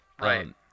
right